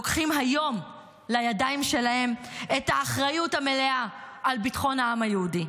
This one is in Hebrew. לוקחים היום לידיים שלהם את האחריות המלאה על ביטחון העם היהודי.